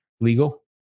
legal